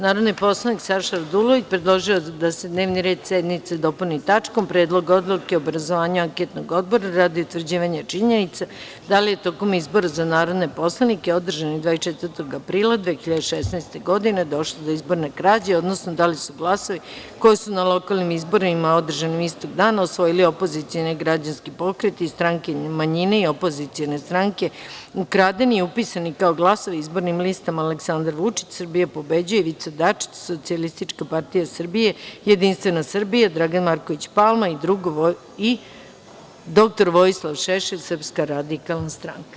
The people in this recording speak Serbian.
Narodni poslanik Saša Radulović, predložio je da se dnevni red sednice dopuni tačkom – Predlog odluke o obrazovanju anketnog odbora radi utvrđivanja činjenica da li je tokom izbora za narodne poslanike, održanih 24. aprila 2016. godine, došlo do izborne krađe, odnosno da li su glasovi, koje su na lokalnim izborima, održanim istog dana, osvojili opozicioni građanski pokreti, stranke manjina i opozicione stranke, ukradeni i upisani kao glasovi izbornim listama Aleksandar Vučić - Srbija pobeđuje, Ivica Dačić - Socijalistička partija Srbije, Jedinstvena Srbija - Dragan Marković Palma i dr Vojislav Šešelj - Srpska radikalna stranka.